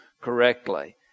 correctly